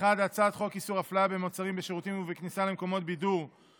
הודעה ליושב-ראש ועדת